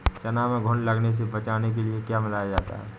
चना में घुन लगने से बचाने के लिए क्या मिलाया जाता है?